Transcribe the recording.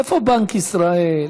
איפה בנק ישראל?